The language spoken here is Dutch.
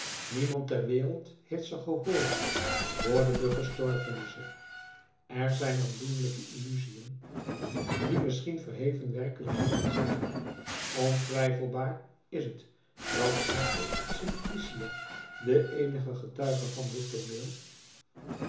niemand ter wereld heeft ze gehoord hoorde de gestorvene ze er zijn aandoenlijke illusiën die misschien verheven werkelijkheden zijn ontwijfelbaar is het dat zuster simplicia de eenige getuige van dit tooneel